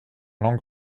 langue